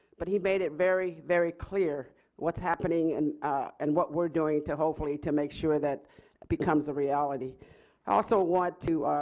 but he made it very very clear what's happening and and what we're doing to hopefully make sure that it becomes a reality. i also want to